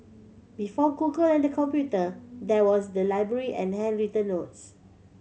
before Google and computer there was the library and handwritten notes